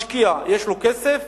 משקיע, יש לו כסף,